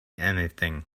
anything